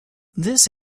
this